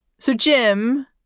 so, jim,